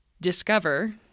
Discover